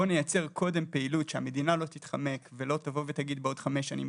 בואו נייצר קודם פעילות שהמדינה לא תתחמק ולא תגיד בעוד חמש שנים,